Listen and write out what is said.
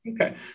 Okay